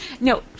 No